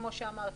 כמו שאמרתי,